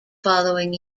following